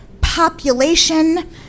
population